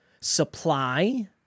supply